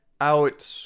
out